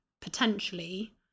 potentially